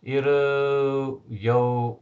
ir jau